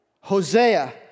Hosea